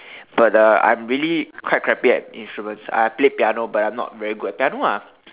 but uh I'm really quite quite crappy at instruments I play piano but I'm not very good at piano ah